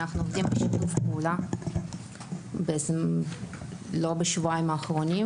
אנחנו עובדים בשיתוף פעולה לא בשבועיים האחרונים,